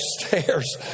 stairs